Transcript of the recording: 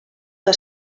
que